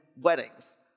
weddings